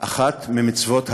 אחת ממצוות האסלאם,